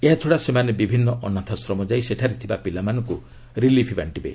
ଏହାଛଡ଼ା ସେମାନେ ବିଭିନ୍ନ ଅନାଥାଶ୍ରମ ଯାଇ ସେଠାରେ ଥିବା ପିଲାମାନଙ୍କ ରିଲିଫ୍ ବାଣ୍ଢିବେ